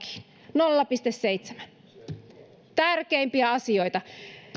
nolla pilkku seitsemään lakiin tärkeimpiä asioita